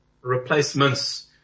replacements